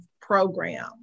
program